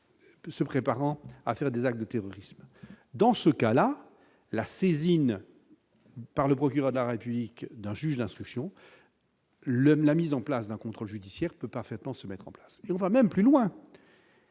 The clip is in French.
se préparant à faire des actes de terrorisme dans ce cas-là, la saisine par le procureur de la République d'un juge d'instruction. Le même la mise en place d'un contrôle judiciaire peut parfaitement se mettre en place et on va même plus loin.